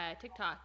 tiktok